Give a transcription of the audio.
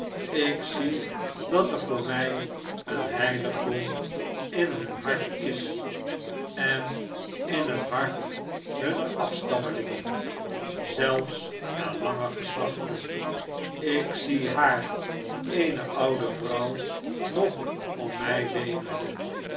lk zie dat er voor mij een heiligdom in hun hart is en in het hart hunner afstammelingen zelfs na lange geslachten ik zie haar eene oude vrouw nog om mij weenende